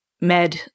med